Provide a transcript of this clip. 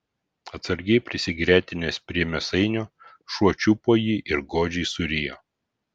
atsargiai prisigretinęs prie mėsainio šuo čiupo jį ir godžiai surijo